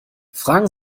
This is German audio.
fragen